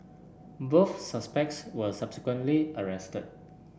both suspects were subsequently arrested